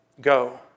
Go